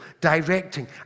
directing